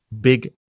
big